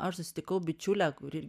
aš susitikau bičiulę kuri